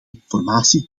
informatie